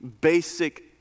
basic